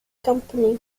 company